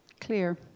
clear